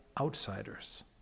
outsiders